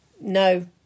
no